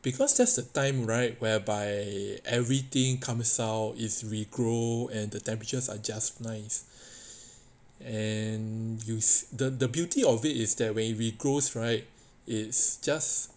because that's the time right whereby everything come south is regrow and the temperatures are just nice and use the the beauty of it is that way when it regrows right is just